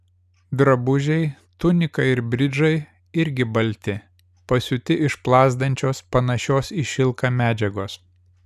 drabužiai tunika ir bridžai irgi balti pasiūti iš plazdančios panašios į šilką medžiagos